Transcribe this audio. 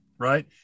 right